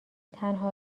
تنها